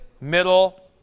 middle